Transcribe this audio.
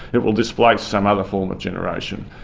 it will displace some other form of generation.